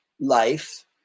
life